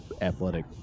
athletic